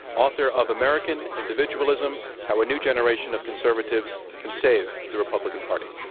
author of american individualism how a new generation of conservatives can save the republican party.